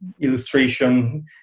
illustration